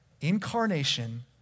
Incarnation